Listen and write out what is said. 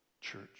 church